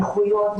נכויות,